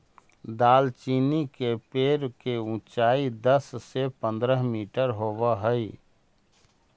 दालचीनी के पेड़ के ऊंचाई दस से पंद्रह मीटर होब हई